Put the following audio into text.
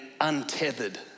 untethered